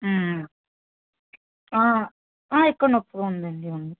ఆ ఇక్కడ నొప్పిగా ఉందండి